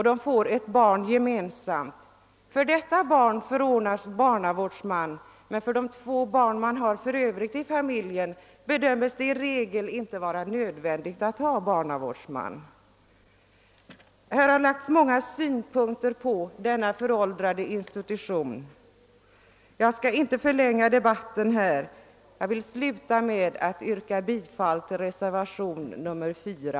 Om de får ett barn gemensamt, förordnas barnavårdsman för detta barn, men för de två övriga barnen i familjen bedöms det i regel inte vara nödvändigt att ha barnavårdsman. Det har framförts många synpunkter på denna föråldrade institution. Jag skall inte förlänga debatten ytterligare med att kommentera dessa utan ber att få yrka bifall till reservationen 4.